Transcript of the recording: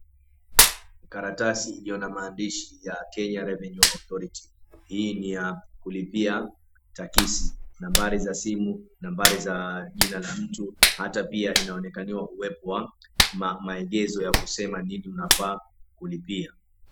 Karatasi ilio na maandishi ya KENYA REVENUE AUTHORITY. Hii ni ya kulipia takisi, nambari za simu, nambari za jina la mtu, hata pia linaonekaniwa uwepo wa maegezo ya kusema nini unafaa kulipia.